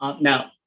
Now